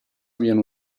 viene